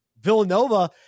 Villanova